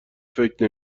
فکر